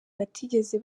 batigeze